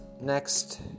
next